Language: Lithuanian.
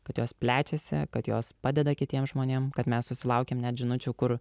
kad jos plečiasi kad jos padeda kitiems žmonėm kad mes susilaukiam net žinučių kur